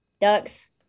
ducks